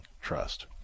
trust